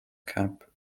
cap